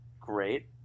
great